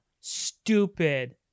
stupid